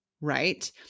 right